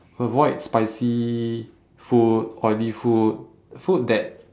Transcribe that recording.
avoid spicy food oily food food that